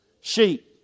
Sheep